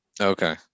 Okay